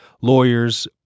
lawyers